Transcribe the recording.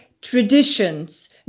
traditions